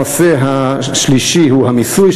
הנושא השלישי הוא המיסוי,